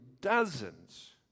dozens